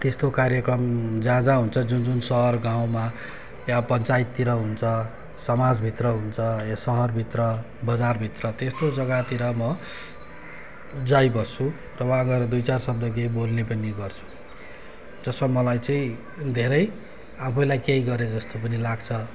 त्यस्तो कार्यक्रम जहाँ जहाँ हुन्छ जुन जुन सहर गाउँमा या पञ्चायततिर हुन्छ समाजभित्र हुन्छ या सहरभित्र बजारभित्र त्यस्तो जग्गातिर म जाइबस्छु र वहाँ गएर दुई चार शब्द केही बोल्ने पनि गर्छु जसमा मलाई चाहिँ धेरै आफैलाई केही गरेँ जस्तो पनि लाग्छ